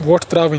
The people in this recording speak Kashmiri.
وۄٹھ ترٛاوٕنۍ